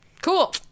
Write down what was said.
Cool